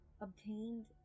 obtained